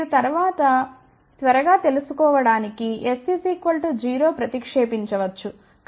మీరు త్వరగా తెలుసుకోవడానికి s 0 ప్రతిక్షేపించవచ్చు